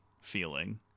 feeling